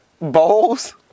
Bowls